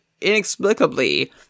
inexplicably